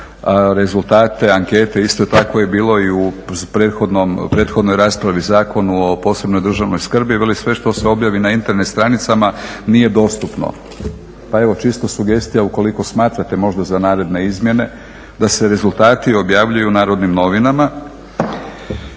rezultate, ankete. Isto tako je bilo i u prethodnoj raspravi Zakonu o posebnoj državnoj skrbi, veli sve što se objavi na Internet stranicama nije dostupno. Pa evo čisto sugestija ukoliko smatrate možda za naredne izmjene, da se rezultati objavljuju u narodnim novinama.